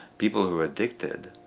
people who are addicted,